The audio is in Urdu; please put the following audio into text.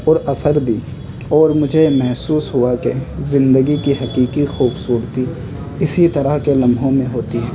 پر اثر دی اور مجھے محسوس ہوا کہ زندگی کی حقیقی خوبصورتی اسی طرح کے لمحوں میں ہوتی ہے